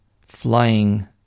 flying